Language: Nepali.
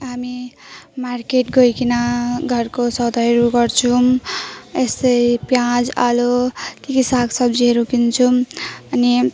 अनि हामी मार्केट गइकन घरको सौदाहरू गर्छौँ यस्तै पियाज आलु के के सागसब्जीहरू किन्छौँ अनि